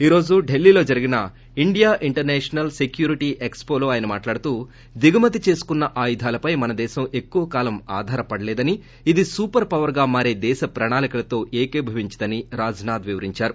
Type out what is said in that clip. ఈ రోజు ఢిల్లీలో జరిగిన India international security expo లో ఆయన మాట్లాడుతూ దిగుమతి చేసుకున్న ఆయుధాలపై మనదేశం ఎక్కువ కాలం ఆధారపడలేదని ఇది సూపర్ పవర్గా మారే దేశ ప్రణాళికలతో ఏకీభవించదని రాజ్ నాధ్ వివరించారు